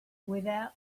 without